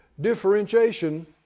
differentiation